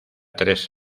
tres